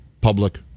public